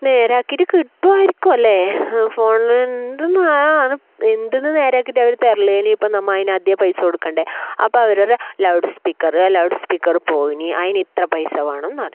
നേരാക്കിയിട്ട് കിട്ടുമായിരിക്കുവല്ലേ ആ ഫോൺ എന്താണ് ആണ് എന്തുന്ന് നേരാക്കിയിട്ടാണ് അവർ തരൽ ഇനി ഇപ്പം നമ്മൾ അതിന് പൈസ കൊടുക്കേണ്ട അപ്പം അവർ പറയുക ലൗഡ് സ്പീക്കർ ലൗഡ് സ്പീക്കർ പോയിനി അതിനിത്ര പൈസ വേണം എന്ന് പറയും